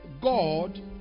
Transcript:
God